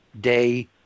day